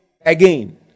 again